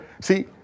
see